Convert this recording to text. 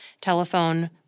Telephone